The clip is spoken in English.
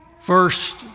First